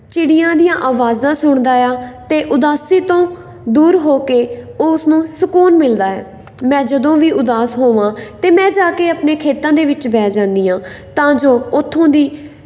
ਚਿੜੀਆਂ ਦੀਆਂ ਆਵਾਜ਼ਾਂ ਸੁਣਦਾ ਆ ਅਤੇ ਉਦਾਸੀ ਤੋਂ ਦੂਰ ਹੋ ਕੇ ਉਸਨੂੰ ਸਕੂਨ ਮਿਲਦਾ ਹੈ ਮੈਂ ਜਦੋਂ ਵੀ ਉਦਾਸ ਹੋਵਾਂ ਤਾਂ ਮੈਂ ਜਾ ਕੇ ਆਪਣੇ ਖੇਤਾਂ ਦੇ ਵਿੱਚ ਬਹਿ ਜਾਂਦੀ ਹਾਂ ਤਾਂ ਜੋ ਉੱਥੋਂ ਦੀ